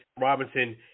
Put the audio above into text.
Robinson